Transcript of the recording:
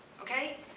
okay